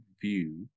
view